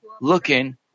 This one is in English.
looking